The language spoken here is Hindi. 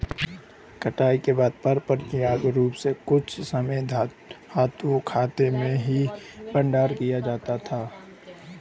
कटाई के बाद पारंपरिक रूप से कुछ समय हेतु खेतो में ही भंडारण किया जाता था